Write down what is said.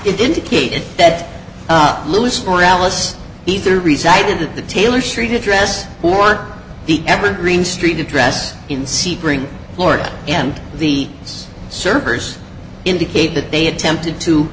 it indicated that louis for alice either reside at the taylor street address or the evergreen street address in sebring florida and the servers indicate that they attempted to